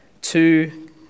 two